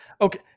okay